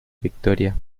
victoria